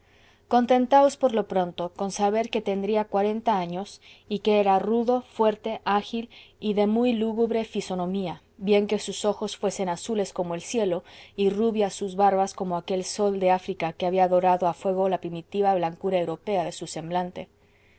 contentaos por lo pronto con saber que tendría cuarenta años y que era rudo fuerte ágil y de muy lúgubre fisonomía bien que sus ojos fuesen azules como el cielo y rubias sus barbas como aquel sol de áfrica que había dorado a fuego la primitiva blancura europea de su semblante